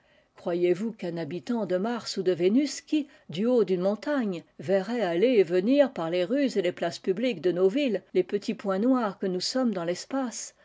croyez-vous qu'un habitant de mars ou de vénus qui du haut d'une montagne verrait aller et venir par les rues et les places publiques de nos villes les petits points noirs que nous sommes dans l'espace